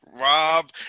Rob